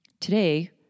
today